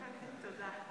תודה.